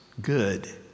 good